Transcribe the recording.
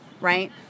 Right